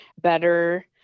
better